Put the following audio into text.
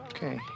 Okay